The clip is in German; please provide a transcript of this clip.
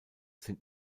sind